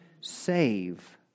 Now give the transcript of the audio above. save